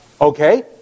Okay